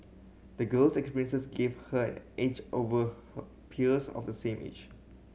the girl's experiences gave her an edge over her peers of the same age